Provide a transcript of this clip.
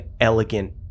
elegant